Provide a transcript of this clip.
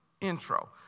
intro